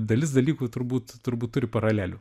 dalis dalykų turbūt turbūt turi paralelių